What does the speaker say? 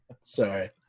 sorry